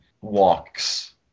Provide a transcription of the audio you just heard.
walks